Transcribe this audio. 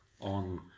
on